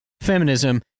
feminism